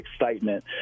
excitement